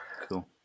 Cool